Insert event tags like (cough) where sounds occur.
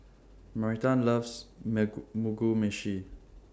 Marita loves (unintelligible) Mugi Meshi